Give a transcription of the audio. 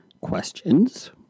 questions